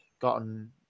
gotten